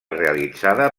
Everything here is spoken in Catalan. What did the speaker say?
realitzada